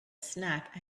snack